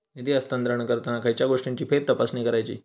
निधी हस्तांतरण करताना खयच्या गोष्टींची फेरतपासणी करायची?